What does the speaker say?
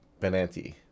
Benanti